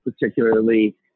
particularly